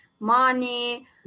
money